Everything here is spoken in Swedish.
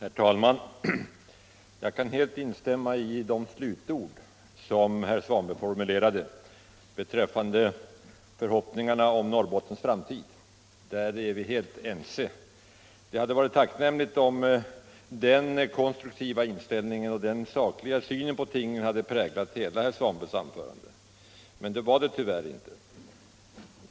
Herr talman! Jag kan instämma i de slutord som herr Svanberg formulerade beträffande förhoppningarna om Norrbottens framtid; där är vi helt ense. Det hade varit tacknämligt om den konstruktiva inställningen och den sakliga synen på tingen hade präglat hela herr Svanbergs anförande, men så var det tyvärr inte.